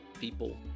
people